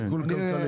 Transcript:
שיקול כלכלי.